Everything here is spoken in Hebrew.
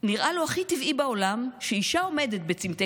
נראה לו הכי טבעי בעולם שאישה עומדת בצומתי